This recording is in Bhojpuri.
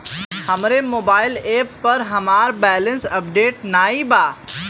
हमरे मोबाइल एप पर हमार बैलैंस अपडेट नाई बा